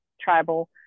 tribal